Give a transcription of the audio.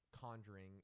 conjuring